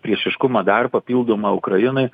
priešiškumą dar papildomą ukrainai